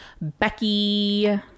becky